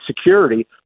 Security